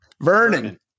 Vernon